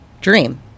dream